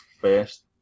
first